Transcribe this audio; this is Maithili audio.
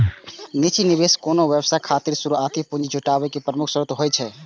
निजी निवेशक कोनो व्यवसाय खातिर शुरुआती पूंजी जुटाबै के प्रमुख स्रोत होइ छै